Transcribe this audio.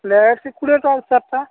plate କୋଡ଼ିଏ ଟଙ୍କାର ଚାର୍ଟା